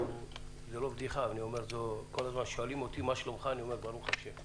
כל הזמן שואלים אותי מה שלומי ואני אומר ברוך השם.